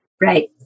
Right